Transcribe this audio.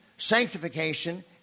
sanctification